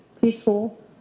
peaceful